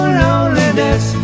loneliness